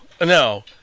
No